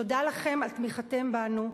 תודה לכם על תמיכתכם בנו,